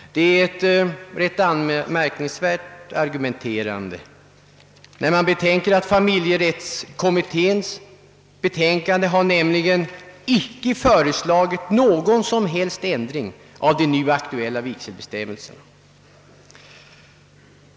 Detta är ett rätt anmärkningsvärt argument när man betänker att det i familjerättskommitténs betänkande inte har föreslagits någon som helst ändring av de nu aktuella vigselbestämmelserna.